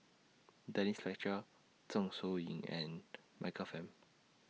Denise Fletcher Zeng Shouyin and Michael Fam